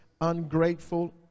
ungrateful